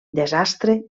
desastre